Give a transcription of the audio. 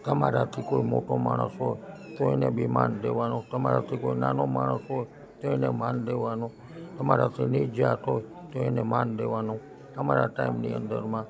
તમારાથી કોઈ મોટો માણસ હોય તો એને બી માન દેવાનું તમારાથી કોઈ નાનો માણસ હોય તો એને માન દેવાનું તમારાથી નીચ જાત હોય તો એને માન દેવાનું તમારા ટાઈમની અંદરમાં